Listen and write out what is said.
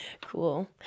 cool